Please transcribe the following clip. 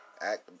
Act